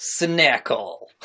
Snackle